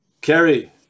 Kerry